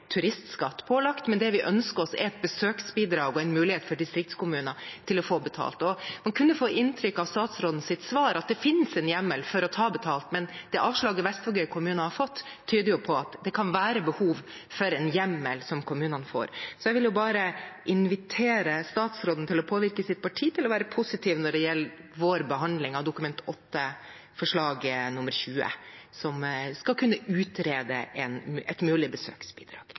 pålagt turistskatt. Det vi ønsker, er et besøksbidrag og en mulighet for distriktskommunene til å få betalt. Av statsrådens svar kunne man få inntrykk av at det finnes en hjemmel for å ta betalt, men avslaget Vestvågøy kommune har fått, tyder på at det kan være behov for en hjemmel for kommunene. Jeg vil invitere statsråden til å påvirke sitt parti til å være positivt når det gjelder behandlingen av Dokument 8:20 S for 2019–2020, om å utrede et mulig besøksbidrag.